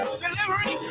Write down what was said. delivery